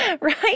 Right